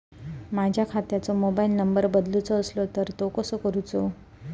माझ्या खात्याचो mobile number बदलुचो असलो तर तो कसो करूचो?